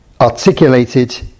articulated